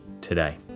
today